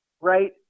right